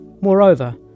Moreover